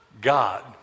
God